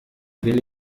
will